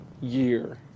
year